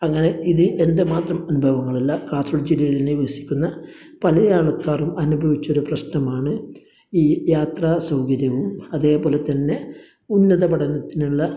അങ്ങനെ ഇത് എൻ്റെ മാത്രം അനുഭവങ്ങളല്ല കാസർഗോഡ് ജില്ലയിൽ തന്നെ വസിക്കുന്ന പല ആൾക്കാറും അനുഭവിച്ചൊരു പ്രശ്നമാണ് ഈ യാത്രാ സൗകര്യങ്ങള് അതേപോലെ തന്നെ ഉന്നത പഠനത്തിനുള്ള